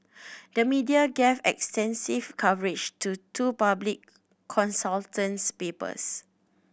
the media gave extensive coverage to two public papers